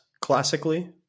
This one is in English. classically